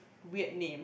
weird name